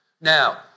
Now